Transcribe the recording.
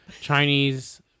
Chinese